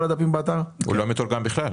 כל הדפים מתורגמים לערבית?